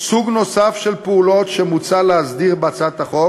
סוג נוסף של פעולות שמוצע להסדיר בהצעת החוק